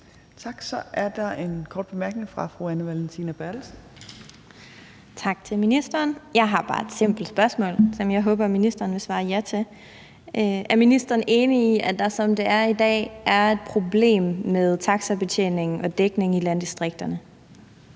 fru Anne Valentina Berthelsen. Kl. 15:17 Anne Valentina Berthelsen (SF): Tak til ministeren. Jeg har bare et simpelt spørgsmål, som jeg håber ministeren vil svare ja til. Er ministeren enig i, at der, som det er i dag, er et problem med taxabetjeningen og -dækningen i landdistrikterne?